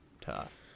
tough